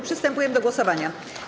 Przystępujemy do głosowania.